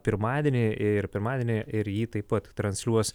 pirmadienį ir pirmadienį ir jį taip pat transliuos